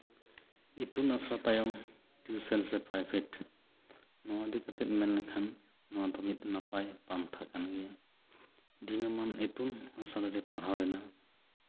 ᱤᱛᱩᱱ ᱟᱥᱲᱟ ᱛᱟᱭᱚᱢ ᱴᱤᱭᱩᱥᱚᱱ ᱥᱮ ᱯᱨᱟᱭᱵᱷᱮᱴ ᱱᱚᱣᱟ ᱤᱫᱤ ᱠᱟᱛᱮᱫ ᱢᱮᱱ ᱞᱮᱠᱷᱟᱱ ᱱᱚᱣᱟ ᱫᱚ ᱢᱤᱫ ᱱᱟᱯᱟᱭ ᱯᱟᱱᱛᱷᱟ ᱠᱟᱱ ᱜᱮᱭᱟ ᱫᱤᱱᱟᱹᱢᱟᱱ ᱤᱛᱩᱱ ᱟᱥᱲᱟᱨᱮ ᱯᱟᱲᱦᱟᱣ ᱮᱱᱟ